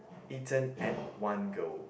eaten at one go